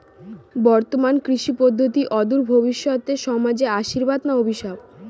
বর্তমান কৃষি পদ্ধতি অদূর ভবিষ্যতে সমাজে আশীর্বাদ না অভিশাপ?